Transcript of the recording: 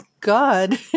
God